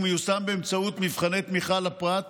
ומיושם באמצעות מבחני תמיכה לפרט